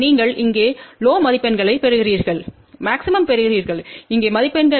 நீங்கள் இங்கே லோ மதிப்பெண்களைப் பெறுகிறீர்கள் மாக்ஸிமும்ம் பெறுவீர்கள் இங்கே மதிப்பெண்கள்